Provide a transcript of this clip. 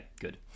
good